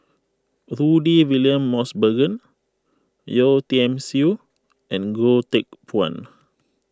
Rudy William Mosbergen Yeo Tiam Siew and Goh Teck Phuan